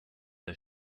der